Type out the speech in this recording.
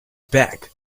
bag